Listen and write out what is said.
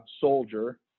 soldier